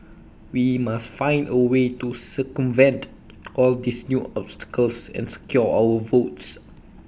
we must find A way to circumvent all these new obstacles and secure our votes